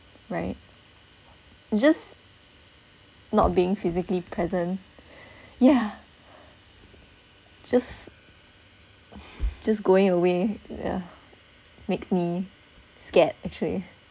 right just not being physically present yeah just just going away yeah makes me scared actually